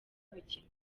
ubukene